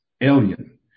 alien